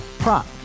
Prop